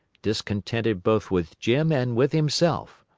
discontented both with jim and with himself.